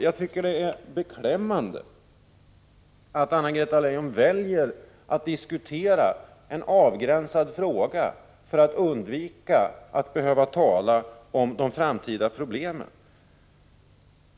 Jag tycker att det är beklämmande att Anna-Greta Leijon väljer att diskutera en avgränsad fråga för att undvika att behöva tala om de framtida problemen.